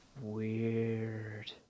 Weird